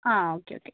ആ ഒക്കെ ഓക്കെ